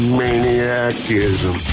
maniacism